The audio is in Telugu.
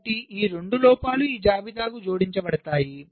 కాబట్టి ఈ 2 లోపాలు ఈ జాబితాకు జోడించబడతాయి